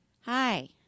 Hi